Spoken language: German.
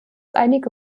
einige